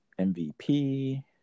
MVP